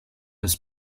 des